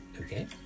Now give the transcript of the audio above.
okay